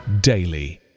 daily